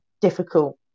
difficult